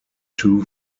two